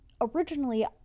originally